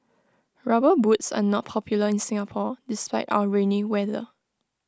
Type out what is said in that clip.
rubber boots are not popular in Singapore despite our rainy weather